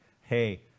hey